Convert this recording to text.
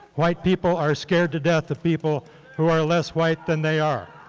white people are scared to death of people who are less white than they are.